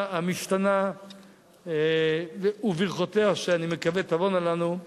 המשתנה ואת ברכותיה שאני מקווה שתבואנה לנו.